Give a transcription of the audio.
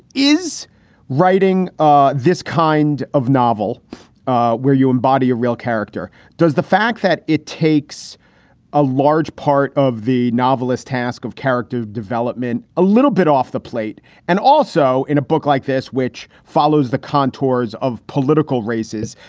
is writing ah this kind of novel where you embody a real character does the fact that it takes a large part of the novelist task of character development a little bit off the plate and also in a book like this, which follows the contours of political races.